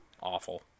Awful